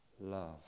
love